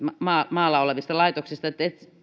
maalla olevista laitoksista